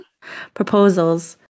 proposals